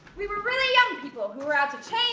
we were really young people, who were out to